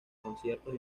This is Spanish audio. conciertos